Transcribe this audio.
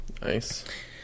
Nice